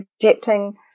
projecting